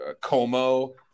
Como